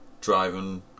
Driving